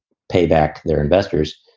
payback. their investors.